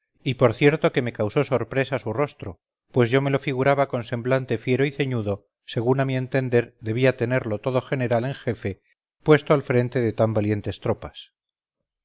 y por cierto que me causó sorpresa su rostro pues yo me lo figuraba con semblante fiero y ceñudo según a mi entender debía tenerlo todo general en jefe puesto al frente de tan valientes tropas